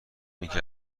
اینکه